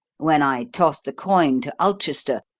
when i tossed the coin to ulchester,